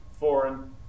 Foreign